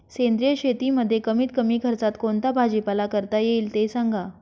सेंद्रिय शेतीमध्ये कमीत कमी खर्चात कोणता भाजीपाला करता येईल ते सांगा